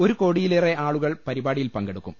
ഒരു കോടിയിലേറെ ആളുകൾ പരിപാടിയിൽ പങ്കെടുക്കും